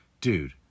Dude